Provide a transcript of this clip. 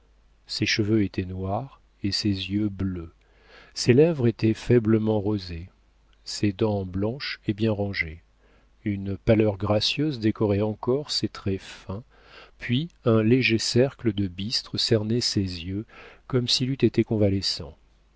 ses cheveux étaient noirs et ses yeux bleus ses lèvres étaient faiblement rosées ses dents blanches et bien rangées une pâleur gracieuse décorait encore ses traits fins puis un léger cercle de bistre cernait ses yeux comme s'il eût été convalescent